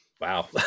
wow